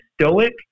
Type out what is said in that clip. stoic